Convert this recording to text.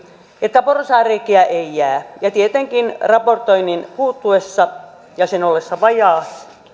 että porsaanreikiä ei jää ja tietenkin raportoinnin puuttuessa ja sen ollessa vajaa